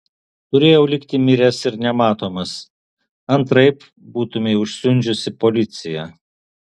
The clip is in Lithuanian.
turėjau likti miręs ir nematomas antraip būtumei užsiundžiusi policiją